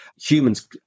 humans